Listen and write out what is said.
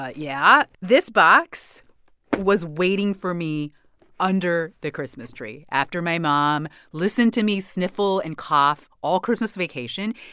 ah yeah. this box was waiting for me under the christmas tree after my mom listened to me sniffle and cough all christmas vacation.